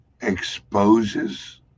exposes